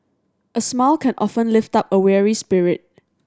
a smile can often lift up a weary spirit